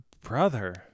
brother